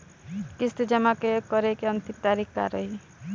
किस्त जमा करे के अंतिम तारीख का रही?